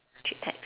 three packs